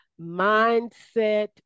Mindset